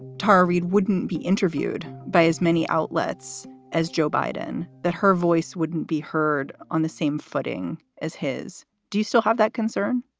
tara reid wouldn't be interviewed by as many outlets as joe biden, that her voice wouldn't be heard on the same footing as his. do you still have that concern?